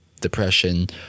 depression